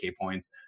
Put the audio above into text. points